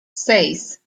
seis